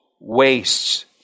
wastes